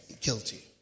guilty